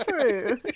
true